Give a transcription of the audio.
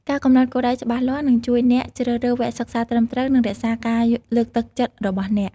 ការកំណត់ គោលដៅច្បាស់លាស់ នឹងជួយអ្នកជ្រើសរើសវគ្គសិក្សាត្រឹមត្រូវ និងរក្សាការលើកទឹកចិត្តរបស់អ្នក។